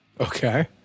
Okay